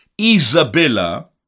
Isabella